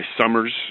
summers